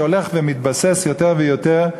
שהולך ומתבסס יותר ויותר,